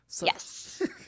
Yes